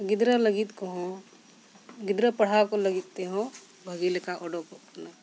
ᱜᱤᱫᱽᱨᱟᱹ ᱞᱟᱹᱜᱤᱫ ᱠᱚᱦᱚᱸ ᱜᱤᱫᱽᱨᱟᱹ ᱯᱟᱲᱦᱟᱣ ᱠᱚ ᱞᱟᱹᱜᱤᱫ ᱛᱮᱦᱚᱸ ᱵᱷᱟᱹᱜᱤ ᱞᱮᱠᱟ ᱩᱰᱩᱠᱚᱜ ᱠᱟᱱᱟ